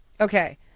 okay